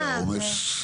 היה עומס.